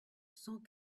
cent